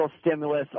stimulus